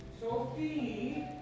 Sophie